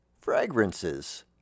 fragrances